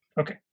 Okay